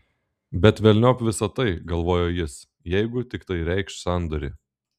bet velniop visa tai galvojo jis jeigu tik tai reikš sandorį